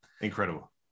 incredible